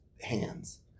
hands